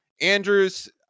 Andrews